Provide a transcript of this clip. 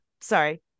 Sorry